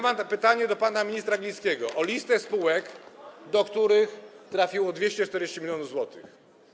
Mam pytanie do pana ministra Glińskiego o listę spółek, do których trafiło 240 mln zł.